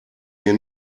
mir